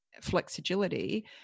flexibility